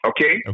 Okay